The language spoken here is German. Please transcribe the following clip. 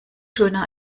schöner